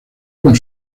con